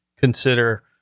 consider